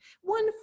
One